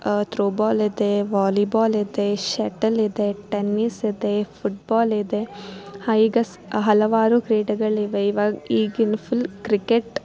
throw ball ಇದೆ volleyball ಇದೆ shuttle ಇದೆ ಟೆನ್ನೀಸ್ ಇದೆ ಫುಟ್ಬಾಲ್ ಇದೆ ಹಾಂ ಈಗ ಸ್ ಹಲವಾರು ಕ್ರೀಡೆಗಳಿವೆ ಇವಾಗ ಈಗಿನ ಫುಲ್ ಕ್ರಿಕೆಟ್